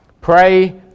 Pray